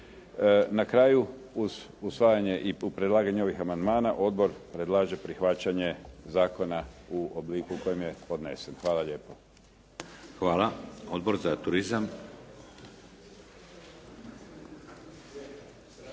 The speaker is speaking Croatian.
Na kraju uz usvajanje i predlaganje ovih amandmana odbor predlaže prihvaćanje zakona u obliku u kojem je podnesen. Hvala lijepo. **Šeks, Vladimir